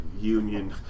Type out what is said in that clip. Union